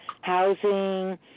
housing